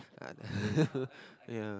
ya